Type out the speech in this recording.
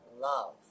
love